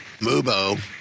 Mubo